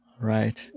right